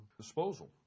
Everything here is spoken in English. disposal